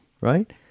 Right